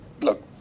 look